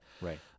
Right